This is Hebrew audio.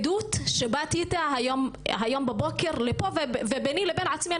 הכבדות שבאתי איתה היום בבוקר לפה וביני לבין עצמי,